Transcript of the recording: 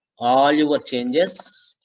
all your changes